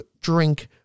drink